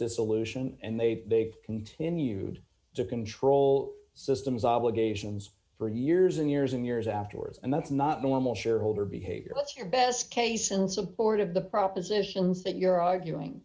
dissolution and they continued to control systems obligations for years and years and years afterwards and that's not normal shareholder behavior that's your best case in support of the propositions that you're arguing